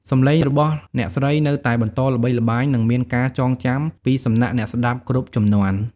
សម្លេងរបស់អ្នកស្រីនៅតែបន្តល្បីល្បាញនិងមានការចងចាំពីសំណាក់អ្នកស្តាប់គ្រប់ជំនាន់។